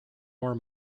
ore